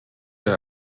der